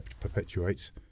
perpetuates